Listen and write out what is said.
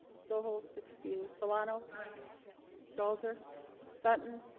so holt's excuse solano stalls er sutton